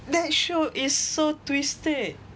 that show is so twisted